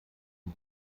die